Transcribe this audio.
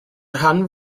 rhan